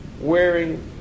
wearing